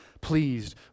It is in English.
pleased